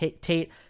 Tate